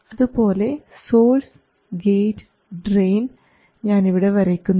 അതുപോലെ source gate drain ഞാൻ ഇവിടെ വരയ്ക്കുന്നു